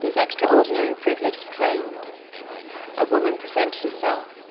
this extraordinary privilege was claimed a woman presented herself